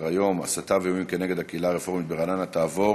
ההצעה להעביר